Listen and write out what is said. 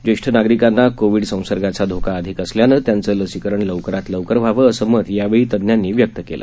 ज्येष्ठ नागरिकांना कोविड संसर्गाचा धोका अधिक असल्यानं त्यांचं लसीकरण लवकरात लवकर व्हावं असं मत यावेळी तज्ञांनी व्यक्त केलं